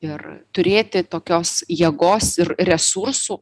ir turėti tokios jėgos ir resursų